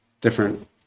different